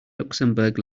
luxembourg